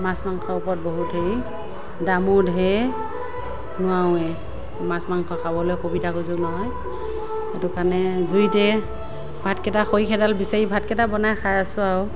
মাছ মাংসৰ ওপৰত বহুত হেৰি দামো ধেই নোৱাৰোয়ে মাছ মাংস খাবলৈ সুবিধা সুযোগ নহয় সেইটো কাৰণে জুইতে ভাতকেইটা খৰি খেৰকেইডাল বিচাৰি ভাতকেইটা বনাই খাই আছোঁ আৰু